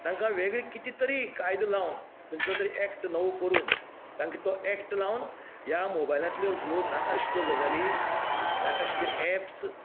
तांका वेगळी कितें तरी कायदो लावन खंयचो तरी एक्ट नवो करुन तांका तो एक्ट लावन ह्या मोबायलांतल्यो ह्यो नाकाशित्यो ह्यो गजाली नाकाशित्यो एप्स